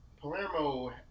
Palermo